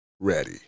Ready